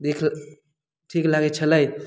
देखि ठीक लागैत छलै